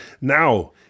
now